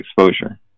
exposure